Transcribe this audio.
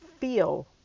feel